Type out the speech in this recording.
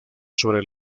sobre